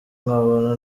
nkabona